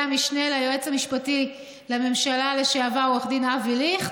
המשנה ליועץ המשפטי לממשלה לשעבר עו"ד אבי ליכט,